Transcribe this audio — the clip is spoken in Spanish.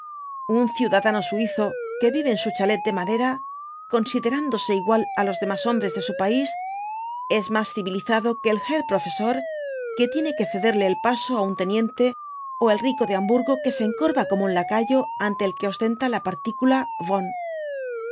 ün ciudadano suizo que vive en su chalet de madera considerándose igual á los demás hombres de su país es más civilizado que el herr professor que tiene que cederle el paso á un teniente ó el rico de hamburgo que se encorva como un lacayo ante el que ostenta la partícula